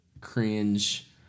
cringe